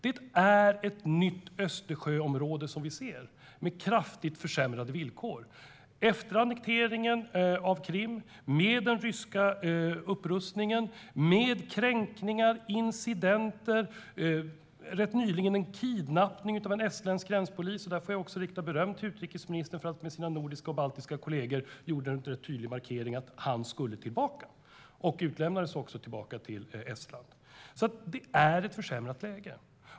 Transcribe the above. Vi ser ett nytt Östersjöområde med ett kraftigt försämrat läge med tanke på annekteringen av Krim, den ryska upprustningen, kränkningar och incidenter. Nyligen kidnappades en estländsk gränspolis. Jag riktade beröm till utrikesministern därför att hon med sina nordiska och baltiska kollegor gjorde en tydlig markering om att han skulle skickas tillbaka, och han utlämnades också till Estland. Läget är alltså försämrat.